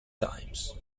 times